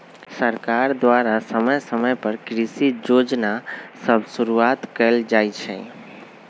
सरकार द्वारा समय समय पर कृषि जोजना सभ शुरुआत कएल जाइ छइ